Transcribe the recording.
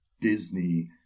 Disney